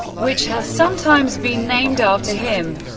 which has sometimes been named after him.